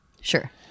Sure